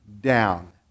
down